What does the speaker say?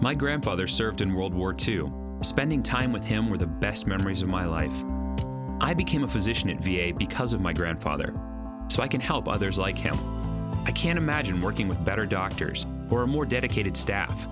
my grandfather served in world war two spending time with him were the best memories of my life i became a physician in v a because of my grandfather so i can help others like him i can't imagine working with better doctors or more dedicated staff